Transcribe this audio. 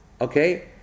Okay